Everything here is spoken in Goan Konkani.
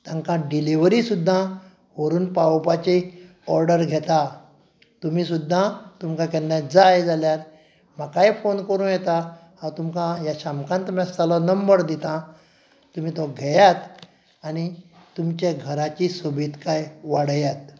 तांकां डिलिवरी सुद्दां व्हरून पावोवपाची ऑर्डर घेता तुमी सुद्दां तुमकां केन्ना जाय जाल्यार म्हाकाय फोन करूं येता हांव तुमकां ह्या शामकांत मेस्तालो नंबर दितां तुमी तो घेयात आनी तुमच्या घराची सोबितकाय वाडयात